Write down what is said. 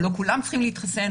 או לא כולם צריכים להתחסן,